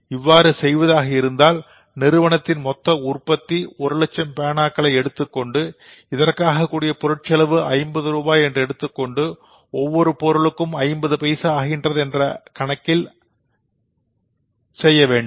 இவ்வாறு செய்வதாக இருந்தால் இந்நிறுவனத்தின் மொத்த உற்பத்தி ஒரு லட்சம் பேனாக்களை எடுத்துக்கொண்டு இதற்காக கூடிய பொருட்செலவு 50 ஆயிரம் ரூபாய் எடுத்துக்கொண்டு ஒவ்வொரு பொருளுக்கும் 50 பைசா ஆகின்றது என்ற கணக்கின் அடிப்படையில் செய்ய வேண்டும்